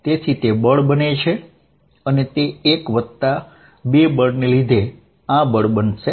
તેથી તે બળ બને છે અને તે 1 વત્તા 2 બળને લીધે આ બળ બનશે